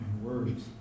words